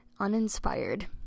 uninspired